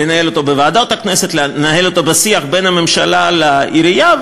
לנהל אותו בוועדות הכנסת ולנהל אותו בשיח בין הממשלה לעירייה,